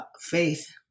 faith